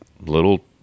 little